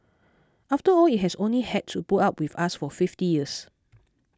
after all it has only had to put up with us for fifty years